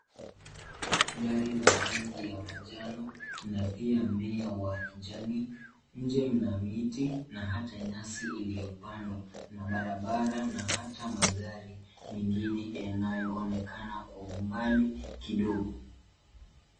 Gari la rangi ya manjano na pia mmea wa kijani. Nje mna miti na hata nyasi iliyopandwa na barabara na hata magari mengine yanayoonekana kwa umbali kidogo.